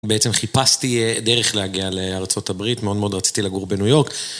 בעצם חיפשתי דרך להגיע לארה״ב, מאוד מאוד רציתי לגור בניו יורק.